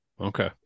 okay